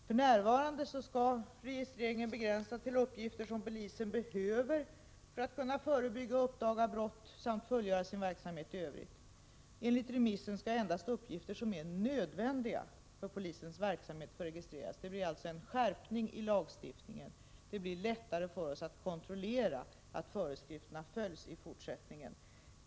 För närvarande skall registreringen begränsas till uppgifter som polisen behöver för att kunna förebygga och uppdaga brott samt fullgöra sin verksamhet i övrigt. Enligt remissen skall endast uppgifter som är nödvändiga för polisens verksamhet få registreras. Det blir alltså en skärpning av lagstiftningen, och det blir då i fortsättningen lättare för oss att kontrollera att föreskrifterna följs.